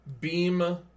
Beam